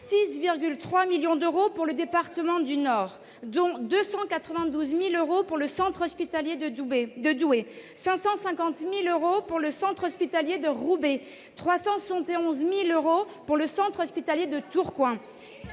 6,3 millions d'euros, dont292 000 euros pour le centre hospitalier de Douai, 550 000 euros pour le centre hospitalier de Roubaix et 371 000 euros pour le centre hospitalier de Tourcoing.